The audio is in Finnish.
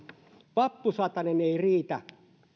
vappusatanen ei riitä